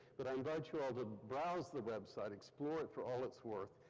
but i invite you all to browse the website, explore it for all its worth.